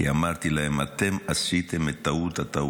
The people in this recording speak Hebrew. כי אמרתי להם: אתם עשיתם את טעות-הטעויות,